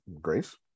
Grace